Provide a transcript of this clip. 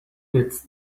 its